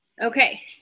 Okay